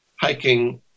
Hiking